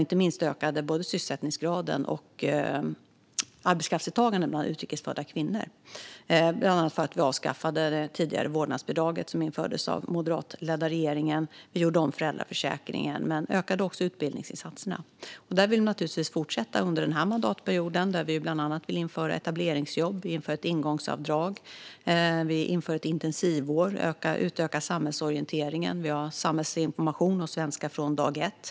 Inte minst ökade både sysselsättningsgraden och arbetskraftsdeltagandet hos utrikesfödda kvinnor, bland annat för att vi avskaffade vårdnadsbidraget, som hade införts av den moderatledda regeringen. Vi gjorde om föräldraförsäkringen och ökade också utbildningsinsatserna. Vi vill naturligtvis fortsätta under den här mandatperioden och bland annat införa etableringsjobb. Vi inför ett ingångsavdrag. Vi inför ett intensivår och utökar samhällsorienteringen. Vi har samhällsinformation och svenska från dag ett.